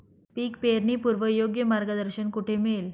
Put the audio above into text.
पीक पेरणीपूर्व योग्य मार्गदर्शन कुठे मिळेल?